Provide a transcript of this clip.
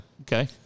Okay